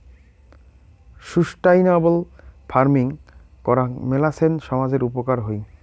sustainable farming করাং মেলাছেন সামজের উপকার হই